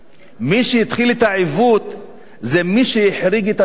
מי שהתחיל את העיוות זה מי שהחריג את התפקיד הזה.